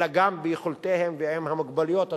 אלא גם ביכולתם ועם המוגבלויות השונות,